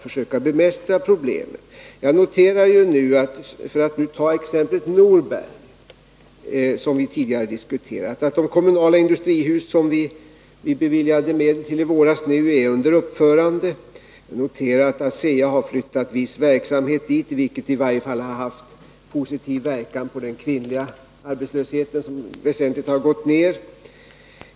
För att ta exemplet Norberg, som vi tidigare har diskuterat, noterar jag att de kommunala industrihus som vi beviljade medel till i våras nu är under uppförande. Jag noterar att ASEA har flyttat viss verksamhet dit, vilket i varje fall har haft positiv inverkan på arbetslösheten bland kvinnorna, vilken har gått ned väsentligt .